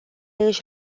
își